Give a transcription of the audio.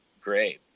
great